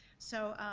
so,